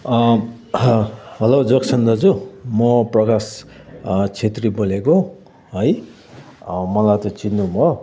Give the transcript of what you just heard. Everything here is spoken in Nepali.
हेलो जकसन दाजु म प्रकाश छेत्री बोलेको है मलाई त चिन्नु भयो